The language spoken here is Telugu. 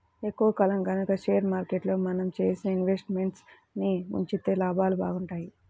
ఎక్కువ కాలం గనక షేర్ మార్కెట్లో మనం చేసిన ఇన్వెస్ట్ మెంట్స్ ని ఉంచితే లాభాలు బాగుంటాయి